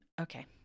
Okay